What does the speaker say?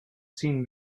seen